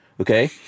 okay